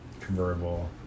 convertible